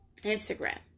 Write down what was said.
Instagram